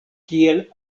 kiel